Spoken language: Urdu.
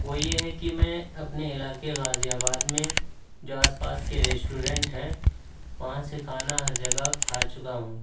وہ یہ ہے کہ میں اپنے علاقے غازی آباد میں جو آس پاس کے ریسٹورنٹ ہیں وہاں سے کھانا ہر جگہ کھا چکا ہوں